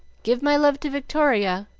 give my love to victoria!